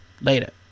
Later